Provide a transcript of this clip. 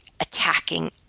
attacking